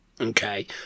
Okay